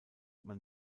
man